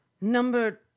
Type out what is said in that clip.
number